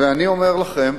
ואני אומר לכם,